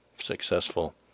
successful